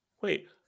Wait